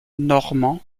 normand